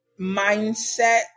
mindset